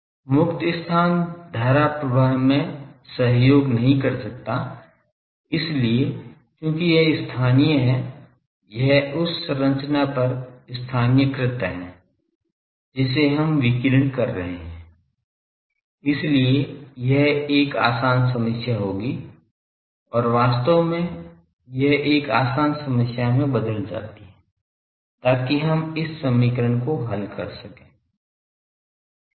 मुक्त स्थान धारा प्रवाह में सहयोग नहीं कर सकता इसलिए चूंकि यह स्थानीय है यह उस संरचना पर स्थानीयकृत है जिसे हम विकीर्ण कर रहे हैं इसलिए यह एक आसान समस्या होगी और वास्तव में यह एक आसान समस्या में बदल जाती है ताकि हम इस समीकरण को हल कर सकें